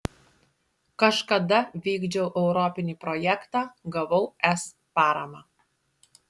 kažkada vykdžiau europinį projektą gavau es paramą